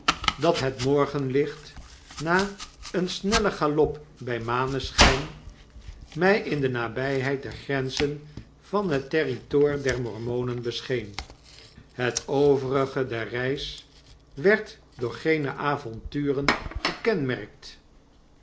onaangenaam dathet morgenlicht na een snellen galop bij maneschyn my in de nabyheid der grenzen van het territoor der mormonen bescheen het overige der reis werd door geene avonturen gekenmerkt